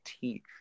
teach